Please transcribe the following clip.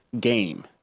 game